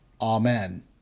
Amen